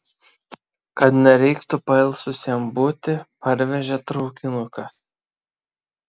kad nereiktų pailsusiem būti parvežė traukinukas